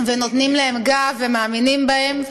נותנים להם גיבוי ומאמינים בהם.